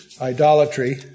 idolatry